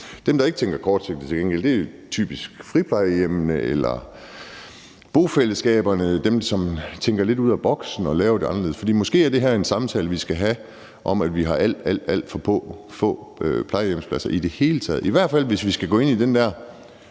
gengæld ikke tænker kortsigtet, er typisk friplejehjemmene eller bofællesskaberne, altså dem, som tænker lidt ud af boksen og laver det anderledes. Og måske er det her en samtale, vi skal have, om, at vi har alt, alt for få plejehjemspladser i det hele taget – i hvert fald hvis vi skal gå ind i den der